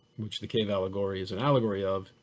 which the cave allegory is an allegory of,